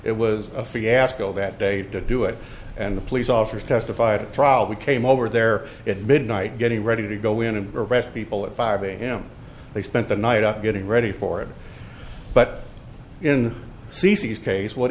it was a fiasco that day to do it and the police officers testified at trial we came over there at midnight getting ready to go in and arrest people at five am they spent the night up getting ready for it but in cc's case what